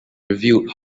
revealed